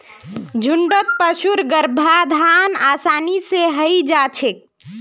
झुण्डत पशुर गर्भाधान आसानी स हई जा छेक